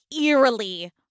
eerily